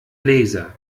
laser